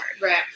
Right